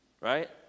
Right